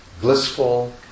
blissful